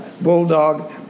bulldog